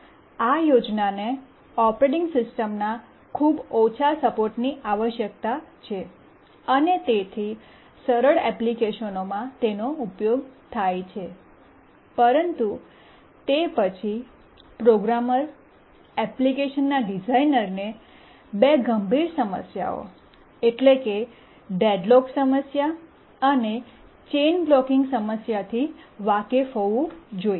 આ યોજનાને ઓપરેટિંગ સિસ્ટમના ખૂબ ઓછા સપોર્ટની આવશ્યકતા છે અને તેથી સરળ એપ્લિકેશનોમાં તેનો ઉપયોગ થાય છે પરંતુ તે પછી પ્રોગ્રામર એપ્લિકેશનના ડિઝાઇનરને બે ગંભીર સમસ્યાઓ એટલે કે ડેડલોક સમસ્યા અને ચેઇન બ્લૉકિંગસમસ્યાથી વાકેફ હોવું જોઈએ